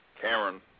Cameron